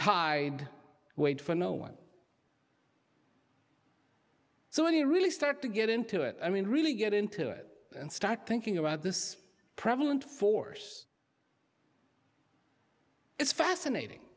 tide wait for no one so any really start to get into it i mean really get into it and start thinking about this prevalent force it's fascinating